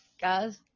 Guys